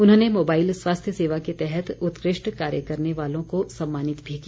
उन्होंने मोबाइल स्वास्थ्य सेवा के तहत उत्कृष्ट कार्य करने वालों को सम्मानित भी किया